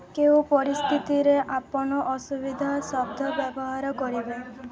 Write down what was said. କେଉଁ ପରିସ୍ଥିତିରେ ଆପଣ ଅସୁବିଧା ଶବ୍ଦ ବ୍ୟବହାର କରିବେ